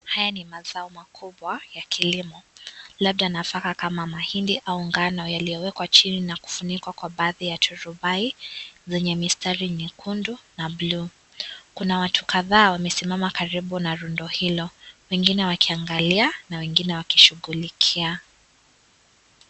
Haya ni mazao makubwa ya kilimo, labda nafaka kama mahindi au ngano, yaliyowekwa chini na kufunikwa kwa baadhi ya turubai zenye mistari nyekundu na bluu. Kuna watu kadhaa wamesimama karibu na rundo hilo, wengine wakiangalia na wengine wakishughulikia.